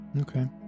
Okay